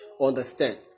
understand